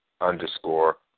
underscore